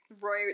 Roy